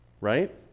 right